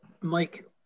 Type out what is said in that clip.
Mike